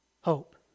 hope